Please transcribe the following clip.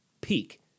peak